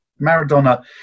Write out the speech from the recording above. Maradona